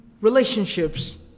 relationships